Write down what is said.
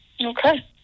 Okay